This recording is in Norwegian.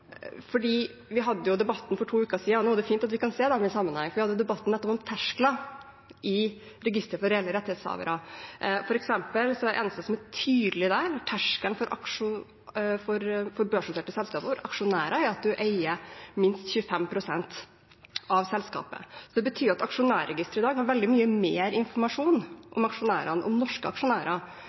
nå er fint at vi kan se i sammenheng. Det var debatten vi hadde nettopp om terskler i registeret for reelle rettighetshavere. For eksempel er det eneste som er tydelig der, med hensyn til terskelen for børsnoterte selskaper for aksjonærer, at man eier minst 25 pst. av selskapet. Det betyr at aksjonærregisteret i dag har veldig mye mer informasjon om aksjonærene, om norske aksjonærer,